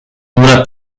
una